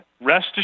rest